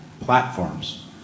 platforms